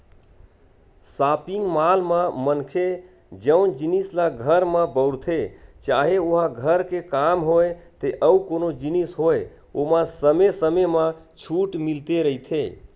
shopping mall म मनखे जउन जिनिस ल घर म बउरथे चाहे ओहा घर के काम होय ते अउ कोनो जिनिस होय ओमा समे समे म छूट मिलते रहिथे